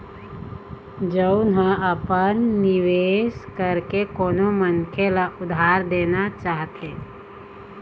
जउन ह अपन निवेश करके कोनो मनखे ल उधार देना चाहथे